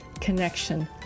connection